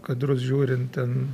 kadrus žiūrint ten